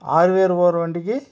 ஆறு பேர் போகிற வண்டிக்கு